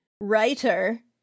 writer